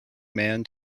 man